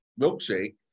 milkshake